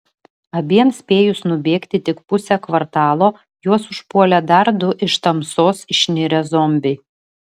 abiem spėjus nubėgti tik pusę kvartalo juos užpuolė dar du iš tamsos išnirę zombiai